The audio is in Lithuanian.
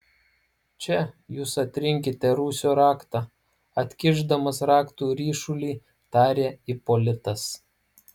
čia jūs atrinkite rūsio raktą atkišdamas raktų ryšulį tarė ipolitas